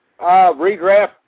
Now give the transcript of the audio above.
Redraft